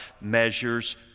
measures